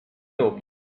dopo